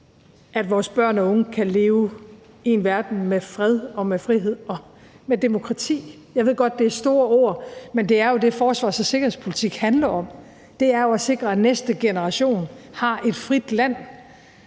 at vores børn og unge kan leve i en verden med fred, med frihed og med demokrati. Jeg ved godt, det er store ord, men det er jo det, forsvars- og sikkerhedspolitik handler om; det er at sikre, at næste generation har et frit land.